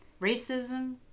Racism